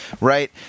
Right